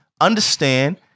Understand